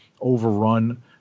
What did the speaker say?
overrun